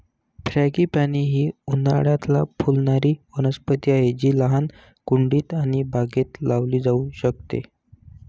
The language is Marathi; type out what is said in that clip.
फ्रॅगीपानी ही उन्हाळयात फुलणारी वनस्पती आहे जी लहान कुंडीत आणि बागेत लावली जाऊ शकते